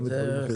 גם בדברים אחרים.